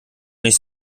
nicht